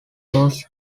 goes